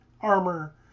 armor